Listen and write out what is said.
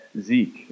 Zeke